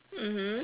mmhmm